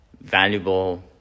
valuable